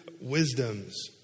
wisdoms